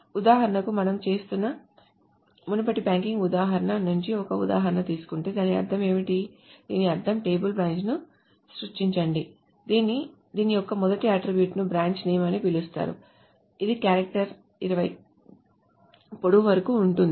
ఉదాహరణకు మనం చేస్తున్న మునుపటి బ్యాంకింగ్ ఉదాహరణ నుండి ఒక ఉదాహరణ తీసుకుంటే దాని అర్థం ఏమిటి దీని అర్థం టేబుల్ బ్రాంచ్ను సృష్టించండి దీని యొక్క మొదటి అట్ట్రిబ్యూట్ ను బ్రాంచ్ నేమ్ అని పిలుస్తారు ఇది క్యారెక్టర్ 20 పొడవు వరకు ఉంటుంది